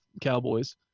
Cowboys